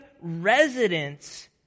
residence